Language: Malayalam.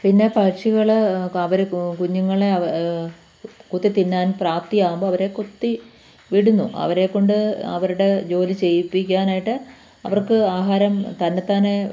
പിന്നെ പക്ഷികൾ അവർ കുഞ്ഞുങ്ങളെ അവർ കൊത്തിത്തിന്നാൻ പ്രാപ്തിയാവുമ്പം അവരെ കൊത്തിവിടുന്നു അവരെക്കൊണ്ട് അവരുടെ ജോലി ചെയ്യിപ്പിക്കാനായിട്ട് അവർക്ക് ആഹാരം തന്നത്താനെ